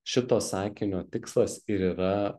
šito sakinio tikslas ir yra